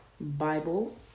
Bible